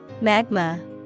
Magma